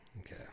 Okay